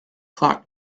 clock